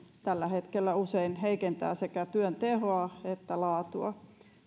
tällä hetkellä usein heikentää sekä työn tehoa että laatua